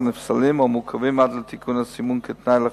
אדוני היושב-ראש,